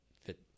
fit